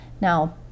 Now